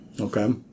Okay